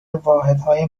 واحدهای